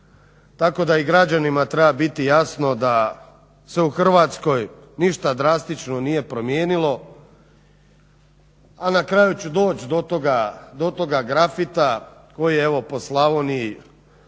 tako da i građanima treba biti jasno da se u Hrvatskoj ništa drastično nije promijenilo. A na kraju ću doći do toga grafita koji je evo po Slavoniji